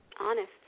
Honest